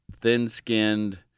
thin-skinned